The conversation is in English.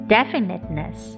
Definiteness